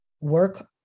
work